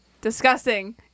Disgusting